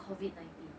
COVID nineteen